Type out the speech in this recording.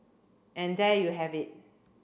and there you have it